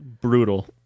Brutal